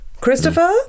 Christopher